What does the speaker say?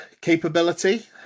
Capability